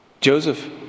Joseph